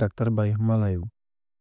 doctor bai malai o.